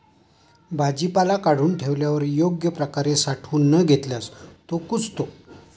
भाजीपाला काढून ठेवल्यावर योग्य प्रकारे साठवून न घेतल्यास तो कुजतो